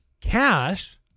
cash